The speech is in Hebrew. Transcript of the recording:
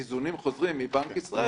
איזונים חוזרים מבנק ישראל